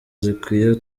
zikwiye